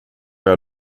jag